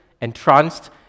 entranced